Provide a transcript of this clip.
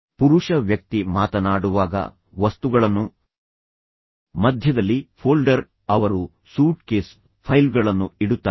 ಪುರುಷ ವ್ಯಕ್ತಿ ಮಾತನಾಡುವಾಗ ವಸ್ತುಗಳನ್ನು ಮಧ್ಯದಲ್ಲಿ ಫೋಲ್ಡರ್ ಅವರು ಸೂಟ್ಕೇಸ್ ಫೈಲ್ಗಳನ್ನು ಇಡುತ್ತಾರೆ